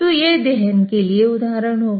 तो यह दहन के लिए उदाहरण होगा